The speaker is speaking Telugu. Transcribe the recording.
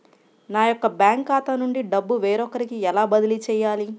నా యొక్క బ్యాంకు ఖాతా నుండి డబ్బు వేరొకరికి ఎలా బదిలీ చేయాలి?